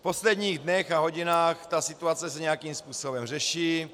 V posledních dnech a hodinách se situace nějakým způsobem řeší.